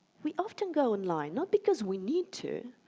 we often go online not because we need to,